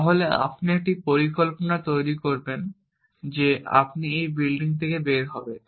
তাহলে আপনি একটা পরিকল্পনা তৈরি করেন যে আপনি এই বিল্ডিং থেকে বের হবেন